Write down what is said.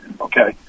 okay